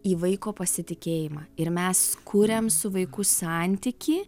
į vaiko pasitikėjimą ir mes kuriam su vaiku santykį